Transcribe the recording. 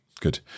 good